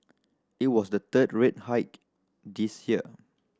it was the third rate hike this year